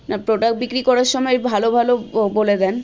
আর product বিক্রি করার সময় ভালো ভালো বলে দেন